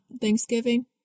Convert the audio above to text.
thanksgiving